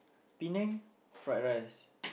Penang fried rice